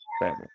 Family